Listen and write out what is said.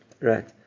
Right